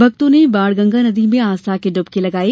भक्तों ने बाणगंगा नदी में आस्था की डुबकी लगायी